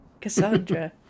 Cassandra